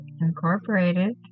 Incorporated